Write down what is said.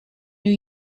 new